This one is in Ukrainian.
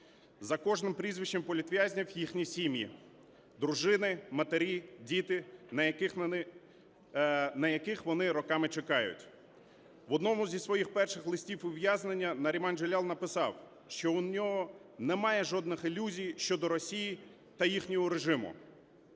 За кожним прізвищем політв'язнів їхні сім'ї, дружини, матері, діти, на яких вони роками чекають. В одному зі своїх перших листів ув'язнення Наріман Джелял написав, що у нього немає жодних ілюзій щодо Росії та їхнього режиму.